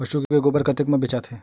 पशु के गोबर कतेक म बेचाथे?